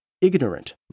ignorant